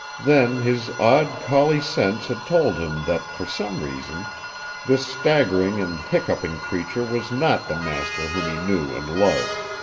then, his odd collie sense had told him that for some reason this staggering and hiccuping creature was not the master whom he knew and loved.